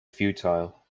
futile